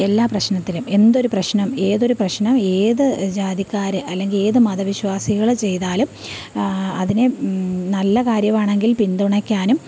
എല്ലാ പ്രശ്നത്തിലും എന്തൊരു പ്രശ്നം ഏതൊരു പ്രശ്നം ഏത് ജാതിക്കാര് അല്ലെങ്കിൽ ഏത് മത വിശ്വാസികള് ചെയ്താലും അതിനെ നല്ല കാര്യമാണെങ്കിൽ പിന്തുണയ്ക്കാനും